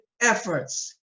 efforts